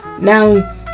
Now